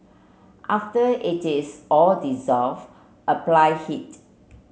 after it is all dissolve apply heat